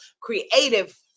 creative